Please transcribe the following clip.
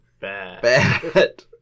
bad